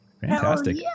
Fantastic